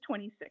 26